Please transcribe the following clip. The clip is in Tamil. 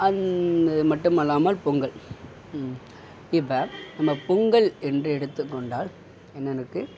அது மட்டுமல்லாமல் பொங்கல் இப்போ நம்ம பொங்கல் என்று எடுத்துக்கொண்டால் என்னெருக்கு